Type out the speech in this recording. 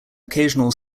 occasional